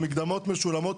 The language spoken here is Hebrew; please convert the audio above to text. המקדמות משולמות.